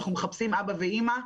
אנחנו מחפשים אבא ואימא.